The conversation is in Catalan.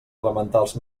elementals